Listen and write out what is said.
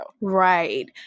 Right